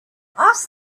ask